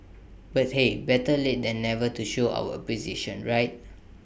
but hey better late than never to show our appreciation right